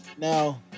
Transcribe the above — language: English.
Now